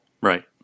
Right